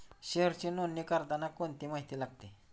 शेअरची नोंदणी करताना कोणती माहिती लागते?